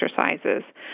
exercises